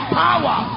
power